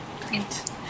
Great